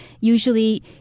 Usually